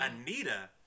Anita